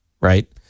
right